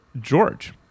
George